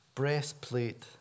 breastplate